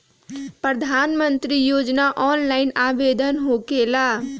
प्रधानमंत्री योजना ऑनलाइन आवेदन होकेला?